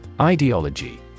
Ideology